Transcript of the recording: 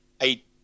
eight